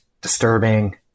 disturbing